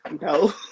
no